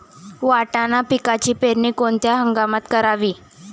वाटाणा पिकाची पेरणी कोणत्या हंगामात करावी?